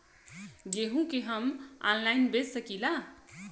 गेहूँ के हम ऑनलाइन बेंच सकी ला?